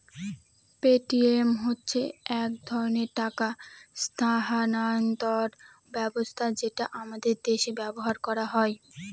Paytm হচ্ছে এক ধরনের টাকা স্থানান্তর ব্যবস্থা যেটা আমাদের দেশে ব্যবহার করা হয়